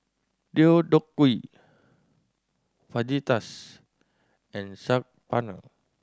Deodeok Gui Fajitas and Saag Paneer